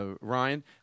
Ryan